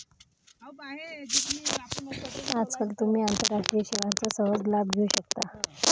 आजकाल तुम्ही आंतरराष्ट्रीय सेवांचा सहज लाभ घेऊ शकता